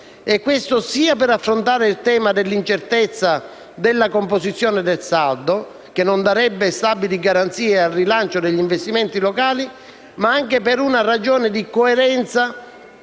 questo sia per affrontare il tema dell'incertezza della composizione del saldo, che non darebbe stabili garanzie al rilancio degli investimenti locali, ma anche per una ragione di coerenza